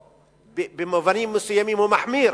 ובמובנים מסוימים הוא מחמיר